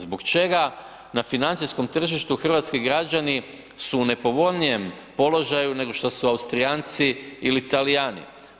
Zbog čega na financijskom tržištu hrvatski građani su u nepovoljnijem položaju nego što su Austrijanci ili Talijani.